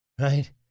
right